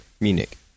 Munich